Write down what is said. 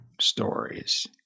stories